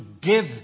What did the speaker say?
give